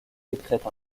décrète